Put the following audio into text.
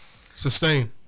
Sustain